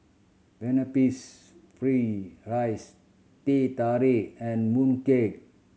pineapples fried rice Teh Tarik and mooncake